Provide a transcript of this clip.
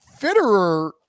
Fitterer